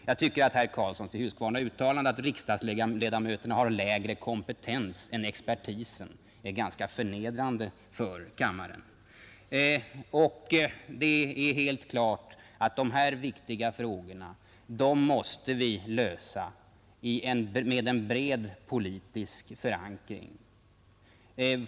Jag tycker att herr Karlssons i Huskvarna uttalande att riksdagsledamöterna har lägre kompetens än expertisen är ganska förnedrande för kammaren, Och det är helt klart att de här viktiga frågorna måste vi lösa med en bred politisk förankring.